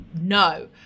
no